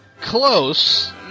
Close